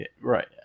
right